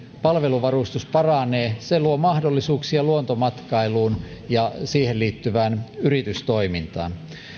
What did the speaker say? palveluvarustus paranee luo mahdollisuuksia luontomatkailuun ja siihen liittyvään yritystoimintaan